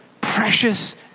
precious